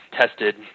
tested